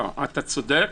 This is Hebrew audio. נכון,